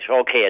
okay